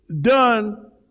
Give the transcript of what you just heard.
done